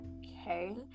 Okay